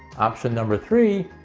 option number three,